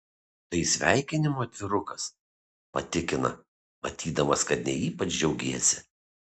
tai sveikinimo atvirukas patikina matydamas kad ne ypač džiaugiesi